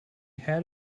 had